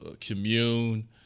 commune